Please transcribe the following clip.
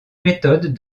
méthodes